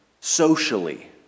socially